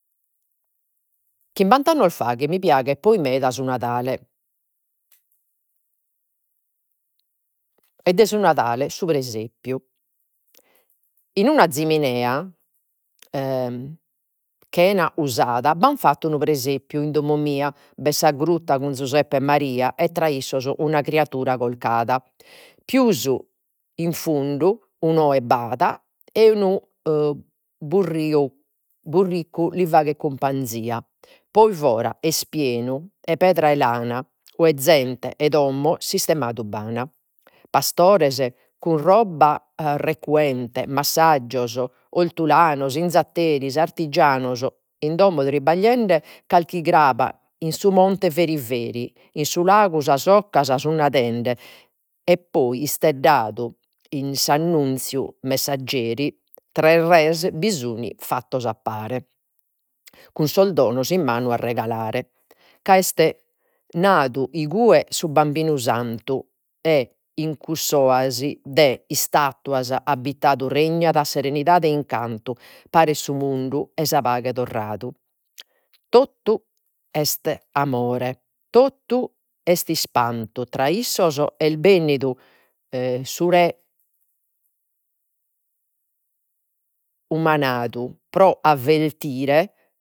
Chimbant’annos faghet mi piaghet poi meda su Nadale. E de su Nadale, su presepiu. In una zeminea chena usada b'ant fattu unu presepiu, in domo mia, b'est sa grutta cun Zuseppe e Maria e tra issos una criadura corcada, pius in fundu, unu ‘oe b'at e unu burriccu li faghet cumpanzia, poi fora est pienu 'e pedra 'e lana ue zente 'e domo sistemadu b'an. Pastores cun roba recuende, massajos, ortulanos, 'inzatteris, artigianos, in domo tribagliende, carchi craba in su monte in su lagu sas ocas sun nadende, e poi isteddadu in s'annunziu messaggeri, tres res bi sun fattos a pare, cun sos donos in manu a regalare. Ca est nadu igue su Bambinu Santu e in cussa oasi de istatuas, abitadu regnat serenidade e incantu, paret su mundu e sa paghe torradu, totu est amore, totu est ispantu tra issos est bennidu su re umanadu pro avvertire